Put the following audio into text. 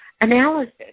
analysis